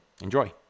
enjoy